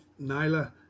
Nyla